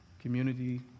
community